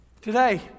Today